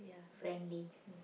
friendly